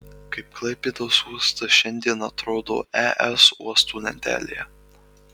kaip klaipėdos uostas šiandien atrodo es uostų lentelėje